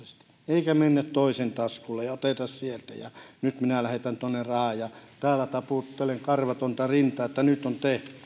eikä mennä toisen taskulle ja oteta sieltä ja nyt minä lähetän tuonne rahaa ja täällä taputtelen karvatonta rintaa että nyt on